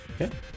Okay